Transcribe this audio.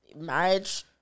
Marriage